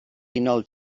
unol